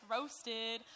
roasted